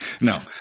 No